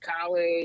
college